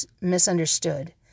misunderstood